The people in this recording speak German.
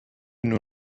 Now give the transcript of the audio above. nur